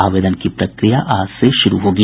आवेदन की प्रक्रिया आज से शुरू होगी